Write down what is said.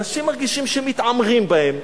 אנשים מרגישים שמתעמרים בהם,